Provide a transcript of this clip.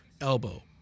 elbow